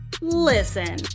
Listen